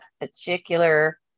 particular